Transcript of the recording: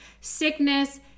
sickness